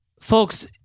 Folks